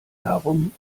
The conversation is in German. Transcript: darum